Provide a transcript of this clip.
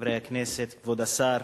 חברי הכנסת, כבוד השר,